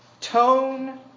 tone